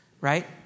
right